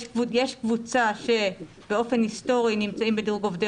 יש קבוצה שבאופן היסטורי נמצאים בדירוג עובדי